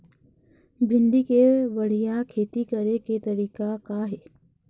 भिंडी के बढ़िया खेती करे के तरीका का हे?